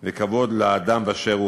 וכבוד לאדם באשר הוא,